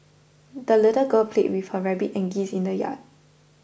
the little girl played with her rabbit and geese in the yard